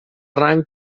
rang